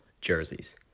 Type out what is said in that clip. jerseys